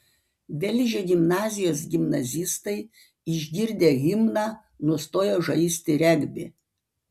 velžio gimnazijos gimnazistai išgirdę himną nustojo žaisti regbį